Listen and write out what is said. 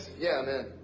yeah, i'm in.